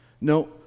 no